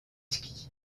ski